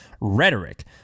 rhetoric